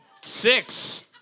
Six